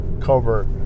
cover